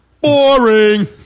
Boring